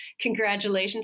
congratulations